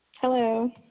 Hello